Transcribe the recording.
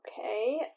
Okay